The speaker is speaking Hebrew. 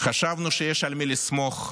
"חשבנו שיש על מי לסמוך,